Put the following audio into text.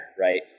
right